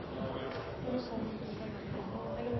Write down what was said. Det er det gode